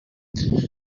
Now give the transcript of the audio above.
did